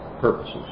purposes